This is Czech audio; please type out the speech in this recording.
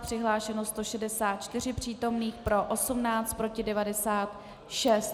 Přihlášeno 164 přítomných, pro 18, proti 96.